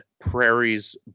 Prairie's